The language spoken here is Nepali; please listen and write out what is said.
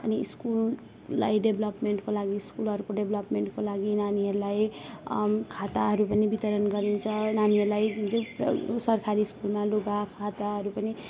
अनि स्कुललाई डेपलपमेन्टको लागि स्कुलहरूको डेपलोपमेन्टको लागि नानीहरूलाई खाताहरू पनि वितरण गरिन्छ नानीहरूलाई सरकारी स्कुलमा लुगा खाताहरू पनि